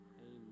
Amen